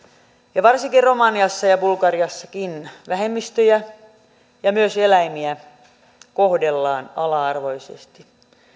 ja varsinkin romaniassa ja bulgariassakin vähemmistöjä ja myös eläimiä kohdellaan ala arvoisesti